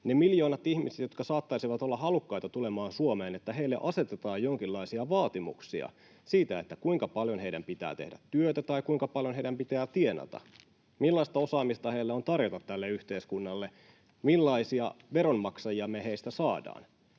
miljoonille ihmisille, jotka saattaisivat olla halukkaita tulemaan Suomeen, asetetaan jonkinlaisia vaatimuksia siitä, kuinka paljon heidän pitää tehdä työtä tai kuinka paljon heidän pitää tienata, millaista osaamista heillä on tarjota tälle yhteiskunnalle, millaisia veronmaksajia me heistä saadaan.